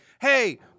hey